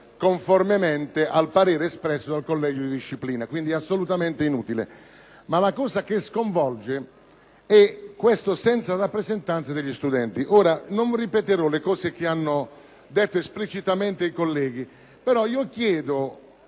«conformemente al parere espresso dal collegio di disciplina» e quindi è assolutamente inutile. La cosa che sconvolge, però, è questa previsione: «senza la rappresentanza degli studenti». Non ripeterò le cose che hanno detto esplicitamente i colleghi, però chiedo